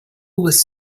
was